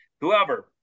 whoever